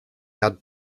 had